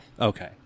Okay